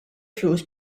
flus